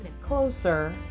Closer